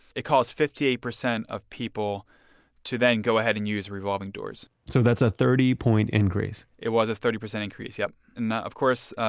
it caused fifty eight percent of people to then go ahead and use revolving doors so that's a thirty point increase it was a thirty percent increase. yup. and of course,